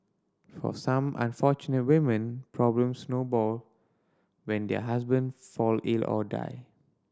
for some unfortunate women problems snowball when their husband fall ill or die